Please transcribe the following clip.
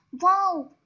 Wow